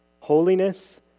Holiness